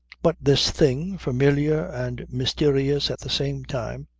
but this thing, familiar and mysterious at the same time,